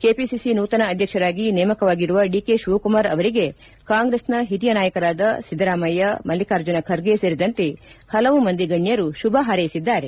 KPC ನೂತನ ಅಧ್ಯಕ್ಷರಾಗಿ ನೇಮಕವಾಗಿರುವ ಡಿಕೆ ಶಿವಕುಮಾರ್ ಅವರಿಗೆ ಕಾಂಗ್ರೆಸ್ ಹಿರಿಯ ನಾಯಕರಾದ ಸಿದ್ದರಾಮಯ್ಯ ಮಲ್ಲಿಕಾರ್ಜುನ ಖರ್ಗೆ ಸೇರಿದಂತೆ ಹಲವು ಮಂದಿ ಗಣ್ಯರು ಶುಭ ಹಾರೈಸಿದ್ದಾರೆ